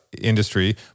industry